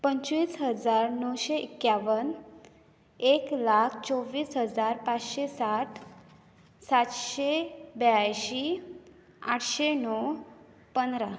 पंचवीस हजार णवशें एक्यावन एक लाख चोव्वीस हजार पांचशे सांठ सातशें ब्यायंशी आठशें णोव पंदरां